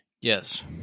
Yes